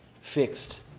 fixed